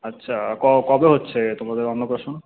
আচ্ছা ক কবে হচ্ছে তোমাদের অন্নপ্রাশন